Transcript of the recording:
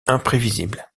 imprévisible